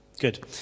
Good